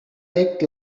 act